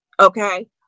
Okay